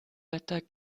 wetter